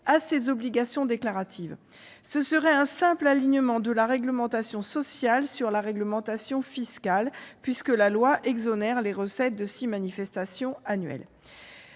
à ces obligations déclaratives. Ce serait un simple alignement de la réglementation sociale sur la réglementation fiscale, puisque la loi exonère les recettes de six manifestations annuelles.